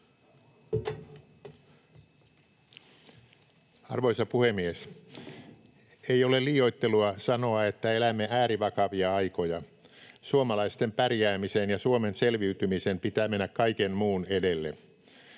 Arvoisa puhemies! Ei ole liioittelua sanoa, että elämme äärivakavia aikoja. Suomalaisten pärjäämisen ja Suomen selviytymisen pitää mennä kaiken muun edelle.